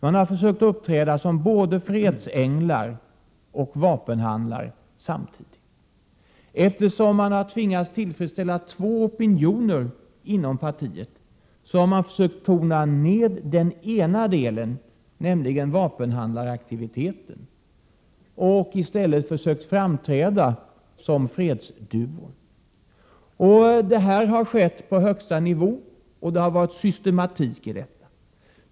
Man har försökt att samtidigt uppträda som fredsänglar och som vapenhandlare. Eftersom man har tvingats tillfredsställa två opinioner inom partiet, så har man försökt tona ned den ena delen, nämligen vapenhandlaraktiviteten, och i stället försökt framträda som fredsduvor. Det här har skett på högsta nivå, och det har varit systematik i det hela.